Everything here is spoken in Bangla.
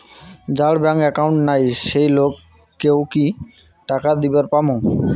যার ব্যাংক একাউন্ট নাই সেই লোক কে ও কি টাকা দিবার পামু?